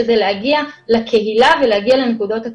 שזה להגיע לקהילה ולהגיע לקהילות הקצה.